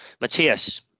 Matthias